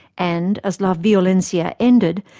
and as la violencia ended,